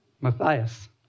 Matthias